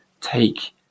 take